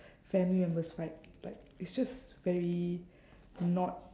family members fight like it's just very not